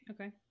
Okay